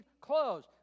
clothes